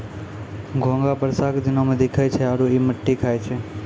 घोंघा बरसा के दिनोॅ में दिखै छै आरो इ मिट्टी खाय छै